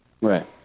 Right